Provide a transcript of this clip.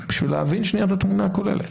בשביל להבין את התמונה הכוללת.